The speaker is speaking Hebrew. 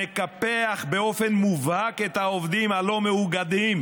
מקפח באופן מובהק את העובדים הלא-מאוגדים